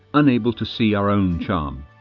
unable to see our own charm.